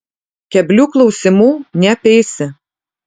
keblių klausimų neapeisi